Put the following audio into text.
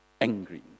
angry